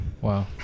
Wow